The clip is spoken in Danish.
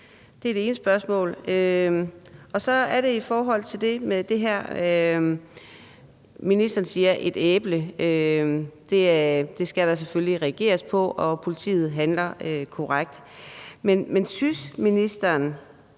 Det er det ene spørgsmål. Så er det andet i forhold til det, ministeren siger om det med æblet; at det skal der selvfølgelig reageres på, og at politiet handler korrekt. Men synes ministeren